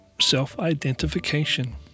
self-identification